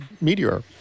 meteor